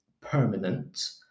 permanent